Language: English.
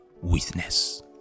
witness